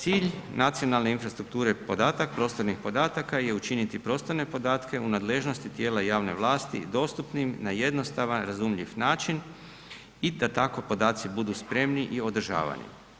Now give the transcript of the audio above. Cilj nacionalne infrastrukture podataka, prostornih podataka je učiniti prostorne podatke u nadležnosti tijela javne vlasti dostupnim na jednostavan, razumljiv način i da tako podaci budu spremni i održavani.